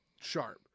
sharp